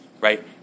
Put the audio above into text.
right